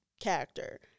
character